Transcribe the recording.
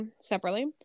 separately